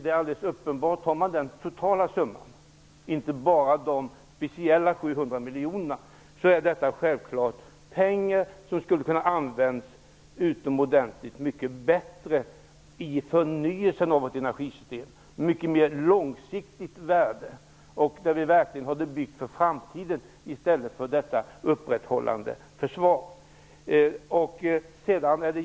Tar man den totala summan och inte bara de speciella 700 miljonerna, måste man självklart se det som pengar som skulle kunna användas utomordentligt mycket bättre i förnyelsen av vårt energisystem och med mycket mer långsiktigt värde. Då hade vi verkligen byggt för framtiden i stället för detta uppehållande försvar.